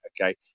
Okay